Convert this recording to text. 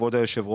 כבוד היושב ראש,